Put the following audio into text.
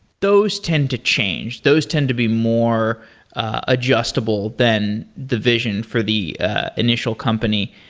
those tend to change. those tend to be more adjustable than the vision for the initial company.